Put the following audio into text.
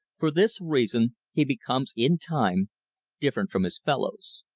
for this reason he becomes in time different from his fellows.